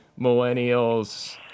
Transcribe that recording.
millennials